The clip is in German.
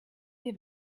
wir